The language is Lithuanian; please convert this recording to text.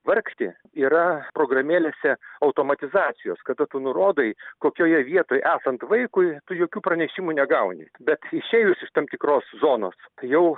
vargti yra programėlėse automatizacijos kada tu nurodai kokioje vietoj esant vaikui tu jokių pranešimų negauni bet išėjus iš tam tikros zonos jau